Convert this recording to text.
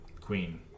Queen